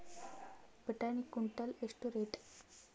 ಬಟಾಣಿ ಕುಂಟಲ ಎಷ್ಟು ರೇಟ್?